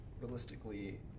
realistically